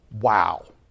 Wow